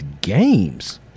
games